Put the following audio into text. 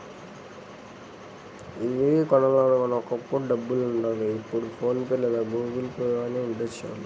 ఏది కొనాలన్నా ఒకప్పుడు డబ్బులుండాలి ఇప్పుడు ఫోన్ పే లేదా గుగుల్పే గానీ ఉంటే చాలు